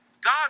God